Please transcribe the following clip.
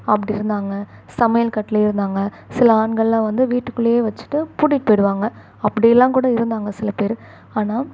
அப்படி இருந்தாங்கள் சமையல் கட்டிலே இருந்தாங்கள் சில ஆண்கள்லாம் வந்து வீட்டுக்குள்ளையே வச்சிட்டு பூட்டிட்டு போயிடுவாங்கள் அப்படி எல்லாம் கூட இருந்தாங்கள் சில பேர் ஆனால்